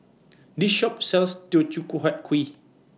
This Shop sells Teochew Huat Kuih